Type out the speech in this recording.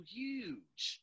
huge